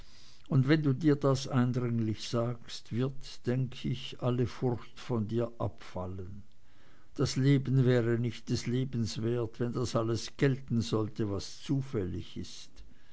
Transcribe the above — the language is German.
und wenn du dir das eindringlich sagst wird denke ich alle furcht von dir abfallen das leben wäre nicht des lebens wert wenn das alles gelten sollte was zufällig gilt